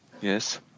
Yes